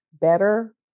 better